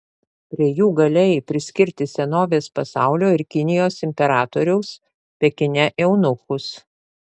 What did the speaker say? prie jų galėjai priskirti senovės pasaulio ir kinijos imperatoriaus pekine eunuchus